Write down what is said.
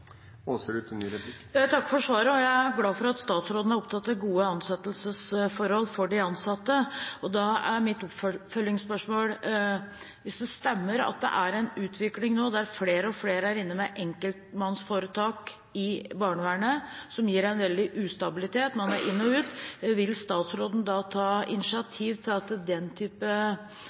for svaret, og jeg er glad for at statsråden er opptatt av gode ansettelsesforhold for de ansatte. Da er mitt oppfølgingsspørsmål: Hvis det stemmer at det er en utvikling nå der flere og flere er inne med enkeltpersonforetak i barnevernet, som gir en veldig ustabilitet, man må inn og ut, vil statsråden da ta initiativ til at den type